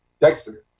Dexter